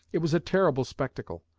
it was a terrible spectacle.